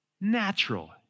natural